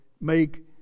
make